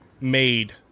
made